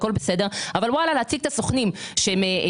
הכול בסדר אבל להציג את הסוכנים שיש